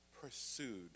pursued